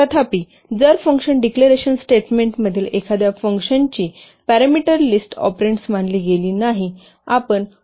तथापि जर function declaration स्टेटमेंटमधील एखाद्या फंक्शनची पॅरामीटर लिस्ट ऑपरेंड्स मानली गेली नाही